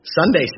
Sunday